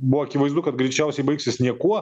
buvo akivaizdu kad greičiausiai baigsis niekuo